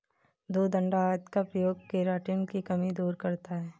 दूध अण्डा आदि का प्रयोग केराटिन की कमी दूर करता है